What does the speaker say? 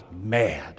mad